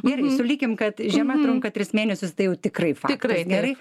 žiema trunka tris mėnesius tai jau tikrai faktas gerai